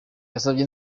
yasabye